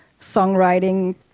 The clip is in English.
songwriting